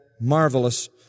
marvelous